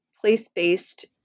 place-based